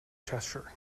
cheshire